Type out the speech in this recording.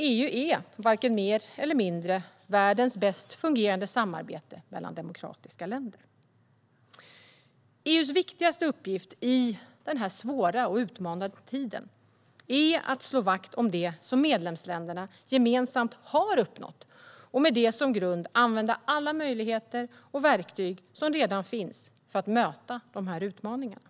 EU är varken mer eller mindre än världens bäst fungerande samarbete mellan demokratiska länder. EU:s viktigaste uppgift i denna svåra och utmanande tid är att slå vakt om det som medlemsländerna gemensamt har uppnått och med detta som grund använda alla möjligheter och verktyg som redan finns för att möta utmaningarna.